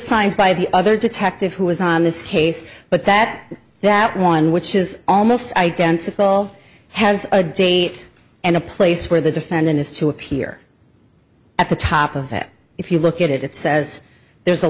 science by the other detective who was on this case but that that one which is almost identical has a date and a place where the defendant is to appear at the top of it if you look at it it says there's a